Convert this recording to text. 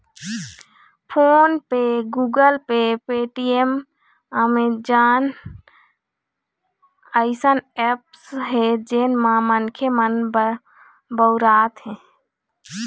phone पे, Google Pay, Paytm, Amazon अइसन apps हे जेन ल मनखे मन बउरत हें